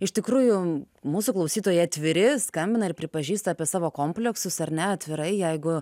iš tikrųjų mūsų klausytojai atviri skambina ir pripažįsta apie savo kompleksus ar ne atvirai jeigu